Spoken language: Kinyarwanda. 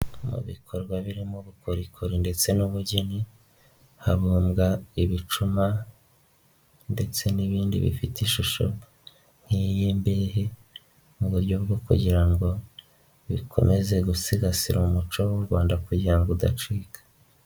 Mu bikorwa birimo ubukorikori ndetse n'ubugeni, habumbwa ibicuma ndetse n'ibindi bifite ishusho nk'iy'iberehe, mu buryo bwo kugira ngo bikomeze gusigasira umuco w'u Rwanda kugira ngo udacika.